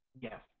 Yes